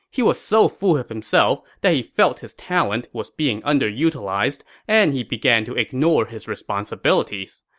he was so full of himself that he felt his talent was being under-utilized and he began to ignore his responsibilities.